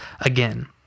again